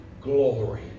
glory